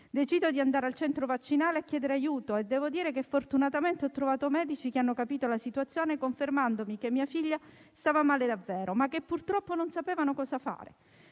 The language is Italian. Decido di andare al centro vaccinale a chiedere aiuto. Fortunatamente, lì ho trovato medici che hanno capito la situazione, confermandomi che mia figlia stava male davvero, ma che purtroppo non sapevano cosa fare.